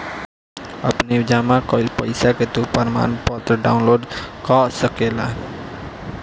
अपनी जमा कईल पईसा के तू प्रमाणपत्र डाउनलोड कअ सकेला